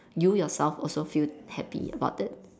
you yourself also feel happy about it